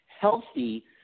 healthy